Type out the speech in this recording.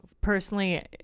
personally